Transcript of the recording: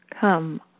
come